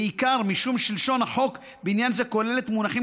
בעיקר משום שלשון החוק בעניין זה כוללת מונחים